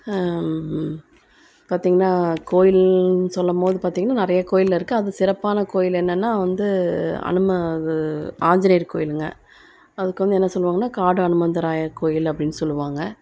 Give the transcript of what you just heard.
பார்த்தீங்கனா கோயில்ன்னு சொல்லும்போது பார்த்தீங்கனா நிறையா கோயிலில் இருக்குது அது சிறப்பான கோவில் என்னென்னா வந்து அனுமா ஆஞ்சிநேயர் கோவிலுங்க அதுக்கு வந்து என்ன சொல்லுவாங்கன்னா காடு அனுமந்தராயர் கோயில் அப்படின்னு சொல்லுவாங்கள்